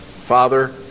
Father